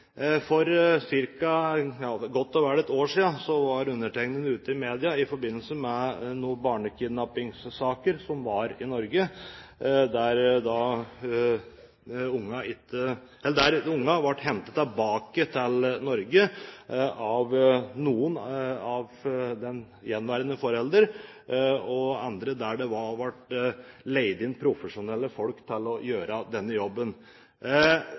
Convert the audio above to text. For godt og vel ett år siden var undertegnede ute i media i forbindelse med en barnekidnappingssak, der barna ble hentet tilbake til Norge av den ene forelderen og profesjonelle folk som ble leid inn for å gjøre denne jobben.